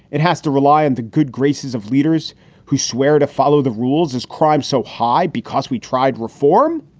it has to rely on the good graces of leaders who swear to follow the rules as crimes so high because we tried reform.